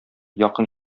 якын